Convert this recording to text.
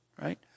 right